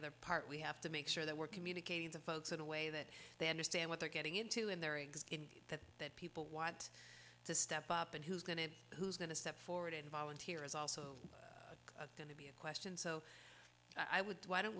other part we have to make sure that we're communicating to folks in a way that they understand what they're getting into in their rigs that people want to step up and who's going to who's going to step forward and volunteer is also going to be a question so i would why don't